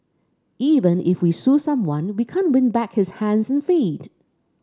even if we sue someone we can't win back his hands and feet